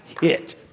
hit